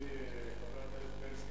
אדוני חבר הכנסת בילסקי,